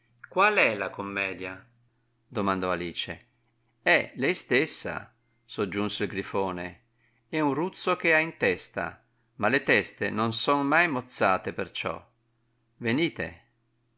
alice qual'è la commedia domandò alice è lei stessa soggiunse il grifone è un ruzzo che ha in testa ma le teste non son mai mozzate per ciò venite